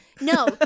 No